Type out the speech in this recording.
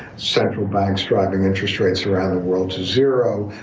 central banks driving interest rates around the world to zero,